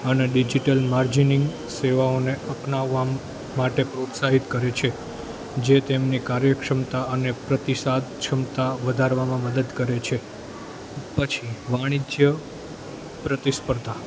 અને ડિજીટલ માર્જિનિંગ સેવાઓને અપનાવામાં માટે પ્રોત્સાહિત કરે છે જે તેમની કાર્યક્ષમતા અને પ્રતિસાદ ક્ષમતા વધારવામાં મદદ કરે છે પછી વાણીજ્ય પ્રતિસ્પર્ધા